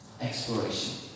Exploration